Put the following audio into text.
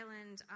island